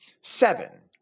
seven